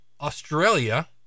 Australia